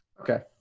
Okay